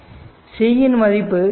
c இன் மதிப்பு 0